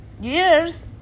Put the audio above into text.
years